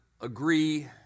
agree